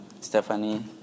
Stephanie